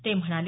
ते म्हणाले